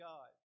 God